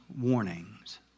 warnings